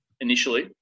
initially